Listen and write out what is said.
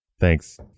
thanks